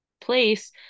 place